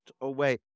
away